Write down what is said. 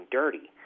dirty